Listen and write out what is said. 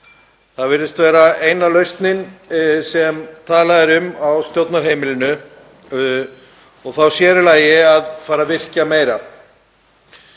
Það virðist vera eina lausnin sem talað er um á stjórnarheimilinu og þá sér í lagi að fara að virkja meira.